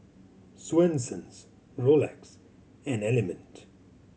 Swensens Rolex and Element